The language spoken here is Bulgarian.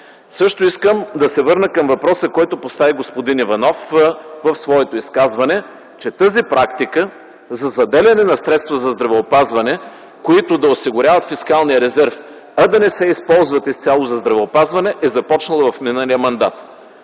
Също искам да се върна към въпроса, който постави господин Иванов в своето изказване, че тази практика за заделяне на средства за здравеопазване, които да осигуряват фискалния резерв, а да не се използват изцяло за здравеопазване, е започнала в миналия мандат.